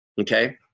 Okay